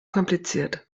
kompliziert